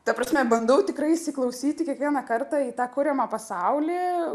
ta prasme bandau tikrai įsiklausyti kiekvieną kartą į tą kuriamą pasaulį